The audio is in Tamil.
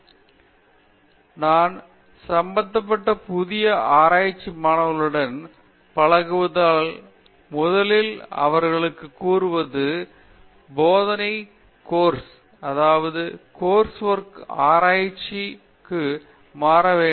பேராசிரியர் உஷா மோகன் சரி நான் சம்மந்தப்பட்ட புதிய ஆராய்ச்சி மாணவர்களுடன் பழகுவதால் நான் முதலில் அவர்களுக்கு கூறுவது போதனை கோர்ஸ்சிலிருந்து ஆராய்ச்சி கோர்ஸ்சுக்கு மாற வேண்டும்